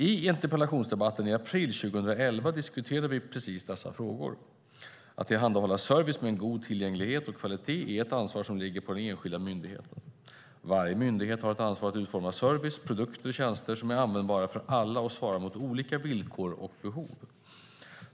I interpellationsdebatten i april 2011 diskuterade vi dessa frågor. Att tillhandahålla service med en god tillgänglighet och kvalitet är ett ansvar som ligger på den enskilda myndigheten. Varje myndighet har ett ansvar att utforma service, produkter och tjänster som är användbara för alla och svarar mot olika villkor och behov.